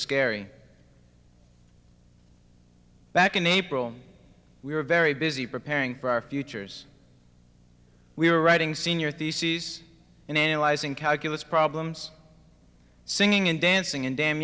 scary back in april we were very busy preparing for our futures we were writing senior theses and analyzing calculus problems singing and dancing